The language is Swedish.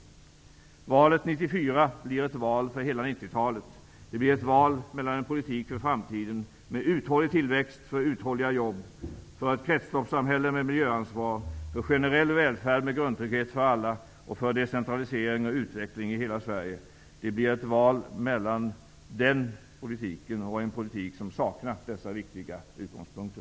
Valet 1994 blir ett val för hela 90-talet. Det blir ett val mellan en politik för framtiden, med uthållig tillväxt för uthålliga jobb, för ett kretsloppssamhälle med miljöansvar, för generell välfärd med grundtrygghet för alla och för decentralisering och utveckling i hela Sverige. Det blir ett val mellan den politiken och en politik som saknar dessa viktiga utgångspunkter.